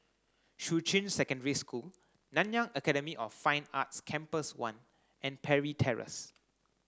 Shuqun Secondary School Nanyang Academy of Fine Arts Campus one and Parry Terrace